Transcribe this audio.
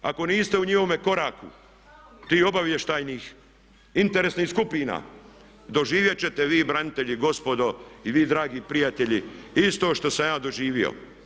Ako niste u njihovom koraku tih obavještajnih interesnih skupina doživjeti ćete vi branitelji gospodo i vi dragi prijatelji isto što sam ja doživio.